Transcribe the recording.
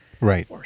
Right